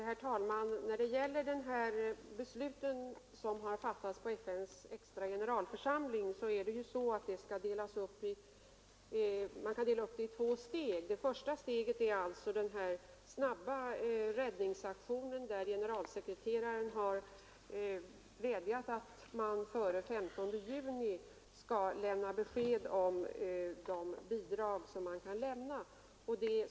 Herr talman! Det beslut som fattats av FN:s extra generalförsamling kan delas upp i två steg. Det första är den snabba räddningsaktionen, där generalsekreteraren har vädjat om besked före den 15 juni om de bidrag man kan lämna.